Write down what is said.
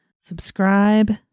subscribe